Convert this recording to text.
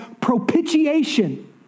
propitiation